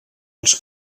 els